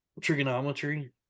Trigonometry